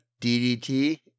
DDT